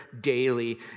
daily